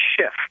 shift